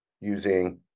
using